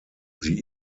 sie